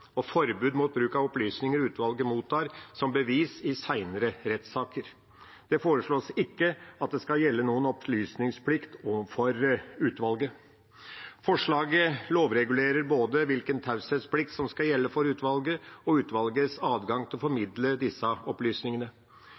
og forbud mot bruk av opplysninger utvalget mottar, som bevis i senere rettssaker. Det foreslås ikke at det skal gjelde noen opplysningsplikt overfor utvalget. Forslaget lovregulerer både hvilken taushetsplikt som skal gjelde for utvalget, og utvalgets adgang til å formidle disse opplysningene.